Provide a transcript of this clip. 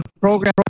program